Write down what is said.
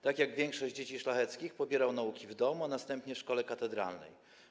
Tak jak większość dzieci szlacheckich pobierał nauki w domu, a następnie w szkole katedralnej.